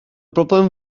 broblem